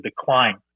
decline